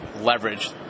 leverage